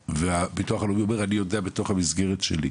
אתם באותה עמדה,